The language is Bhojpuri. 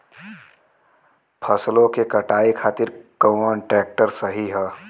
फसलों के कटाई खातिर कौन ट्रैक्टर सही ह?